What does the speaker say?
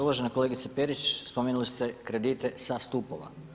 Uvažena kolegice Perić, spomenuli ste kredite sa stupova.